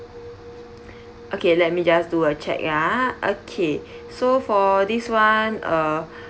okay let me just do a check ah okay so for this [one] uh